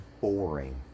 boring